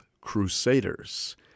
Crusaders